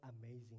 amazing